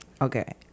Okay